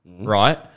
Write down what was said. Right